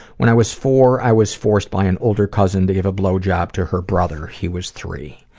when i was four, i was forced by an older cousin to give a blowjob to her brother. he was three.